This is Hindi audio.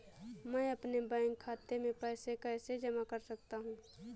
मैं अपने बैंक खाते में पैसे कैसे जमा कर सकता हूँ?